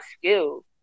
skill